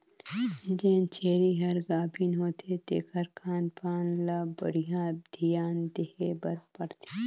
जेन छेरी हर गाभिन होथे तेखर खान पान ल बड़िहा धियान देहे बर परथे